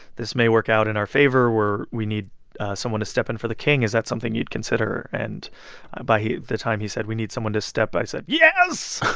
this may work out in our favor. we're we need someone to step in for the king. is that something you'd consider? and by he the time he said, we need someone to step, i said, yes,